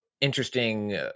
interesting